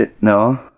no